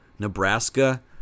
Nebraska